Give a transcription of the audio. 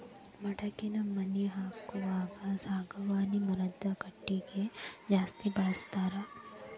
ಮಡಗಿ ಮನಿ ಹಾಕುವಾಗ ಸಾಗವಾನಿ ಮರದ ಕಟಗಿ ಜಾಸ್ತಿ ಬಳಸ್ತಾರ